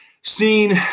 seen